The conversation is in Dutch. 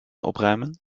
opruimen